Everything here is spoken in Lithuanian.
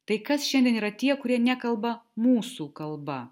tai kas šiandien yra tie kurie nekalba mūsų kalba